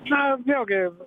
na vėlgi